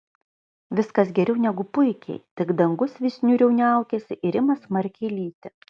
viskas geriau negu puikiai tik dangus vis niūriau niaukiasi ir ima smarkiai lyti